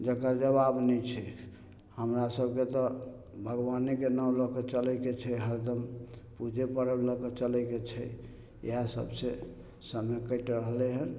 जकर जबाब नहि छै हमरा सबके तऽ भगवानेके ना लअके चलयके छै हरदम पूजे पर्व लअके चलेके छै इएह सब छै समय कटि रहलै हन